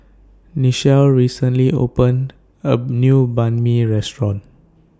Nichelle recently opened A New Banh MI Restaurant